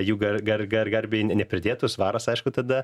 jų gar gar gar garbei nepridėtų svaras aišku tada